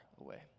away